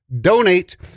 donate